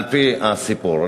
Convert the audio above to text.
על-פי הסיפור.